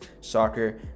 soccer